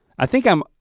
i think i'm,